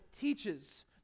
teaches